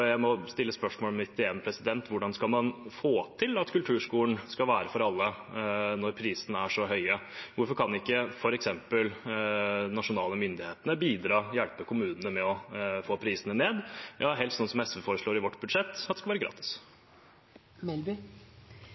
Jeg må stille spørsmålet mitt igjen: Hvordan skal man få til at kulturskolen skal være for alle, når prisene er så høye? Hvorfor kan ikke f.eks. de nasjonale myndighetene bidra og hjelpe kommunene med å få prisene ned – helst sånn som SV foreslår i vårt budsjett, at det skal være gratis?